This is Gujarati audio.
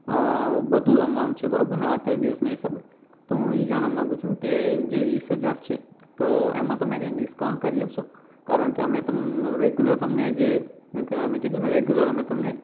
વધુ અમાઉન્ટ છે બરોબર ને આઠ દિવસની હિસાબે તો હું એ જાણવા માગુ છું કે જે વીસ હજાર છે તો એમાં તમે કંઈ ડિસ્કાઉન્ટ કરી આપશો કારણ કે અમે તમને રૅગ્યુલર તમને જે મેં કીધું ને રૅગ્યુલર અમે તમને